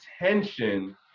attention